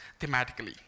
thematically